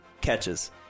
catches